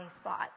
spot